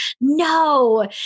No